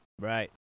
right